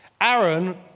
Aaron